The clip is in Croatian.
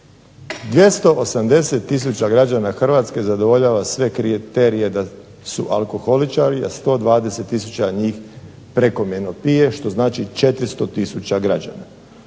280 tisuća građana Hrvatske zadovoljavaju kriterije da su alkoholičari, a 120 tisuća njih prekomjerno pije što znači 400 tisuća građana.